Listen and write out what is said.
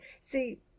see